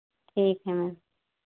ठीक है मैम